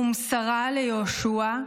ומסרה ליהושע,